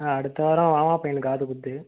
ஆ அடுத்த வாரம் மாமா பையனுக்குக் காதுகுத்து